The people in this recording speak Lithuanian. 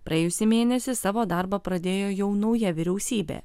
praėjusį mėnesį savo darbą pradėjo jau nauja vyriausybė